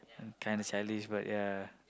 kind of selfish but ya